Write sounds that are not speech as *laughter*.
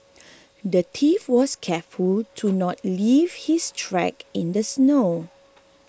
*noise* the thief was careful to not leave his tracks in the snow